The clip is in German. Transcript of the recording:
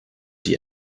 die